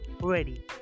ready